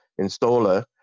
installer